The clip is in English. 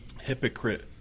hypocrite